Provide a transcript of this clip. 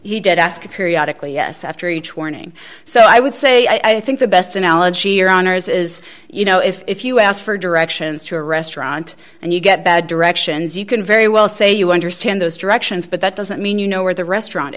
he did ask periodical yes after each warning so i would say i think the best analogy here on ars is you know if you ask for directions to a restaurant and you get bad directions you can very well say you understand those directions but that doesn't mean you know where the restaurant